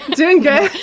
doing good?